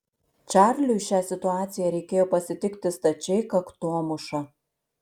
čarliui šią situaciją reikėjo pasitikti stačiai kaktomuša